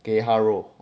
给他 roll